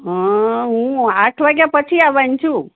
હ હું આઠ વાગ્યા પછી આવાન છું